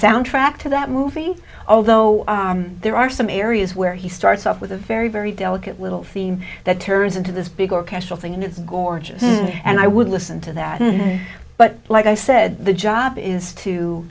soundtrack to that movie although there are some areas where he starts off with a very very delicate little theme that turns into this big orchestral thing and it's gorgeous and i would listen to that but like i said the job is to